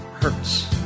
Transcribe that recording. hurts